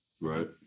right